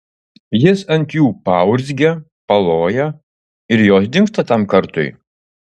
jis ant jų paurzgia paloja ir jos dingsta tam kartui